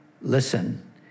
Listen